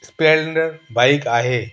Esplanade bike आहे